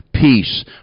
peace